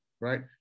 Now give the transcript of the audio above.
right